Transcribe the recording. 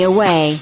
Away